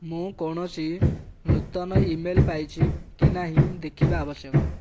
ମୁଁ କୌଣସି ନୂତନ ଇମେଲ୍ ପାଇଛି କି ନାହିଁ ଦେଖିବା ଆବଶ୍ୟକ